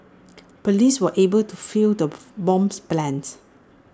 Police were able to foil the bomber's plans